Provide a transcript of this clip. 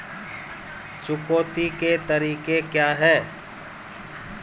चुकौती के तरीके क्या हैं?